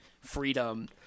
freedom